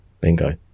Bingo